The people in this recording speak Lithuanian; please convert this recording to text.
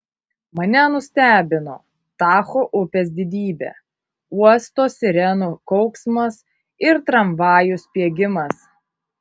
mane nustebino tacho upės didybė uosto sirenų kauksmas ir tramvajų spiegimas